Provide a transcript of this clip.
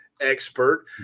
expert